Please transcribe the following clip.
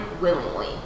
willingly